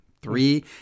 Three